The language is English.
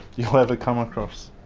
you'll ever come across.